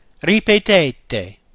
Ripetete